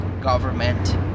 government